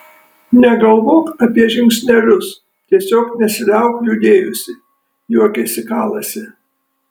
negalvok apie žingsnelius tiesiog nesiliauk judėjusi juokėsi kalasi